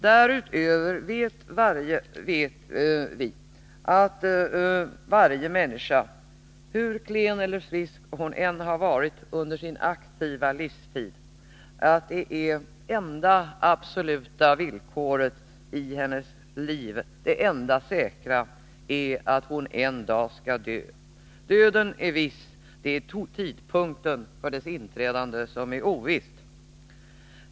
Därutöver vet vi att hur klen eller frisk en människa än har varit under sin aktiva tid, är det enda säkra att hon en dag skall dö. Döden är viss — det är tidpunkten för dess inträdande som är oviss.